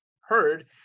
heard